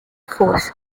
force